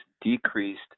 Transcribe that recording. decreased